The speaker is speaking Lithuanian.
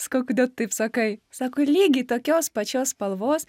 sakau kodėl tu taip sakai sako lygiai tokios pačios spalvos